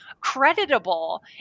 creditable